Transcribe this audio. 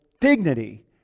dignity